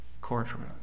courtroom